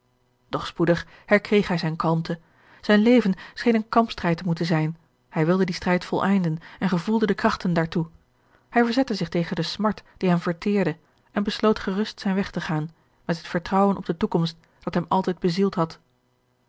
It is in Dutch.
doch spoedig herkreeg hij zijne kalmte zijn leven scheen een kampstrijd te moeten zijn hij wilde dien strijd voleinden en gevoelde de krachten daartoe hij verzette zich tegen de smart die hem verteerde en besloot gerust zijn weg te gaan met het vertrouwen op de toekomst dat hem altijd bezield had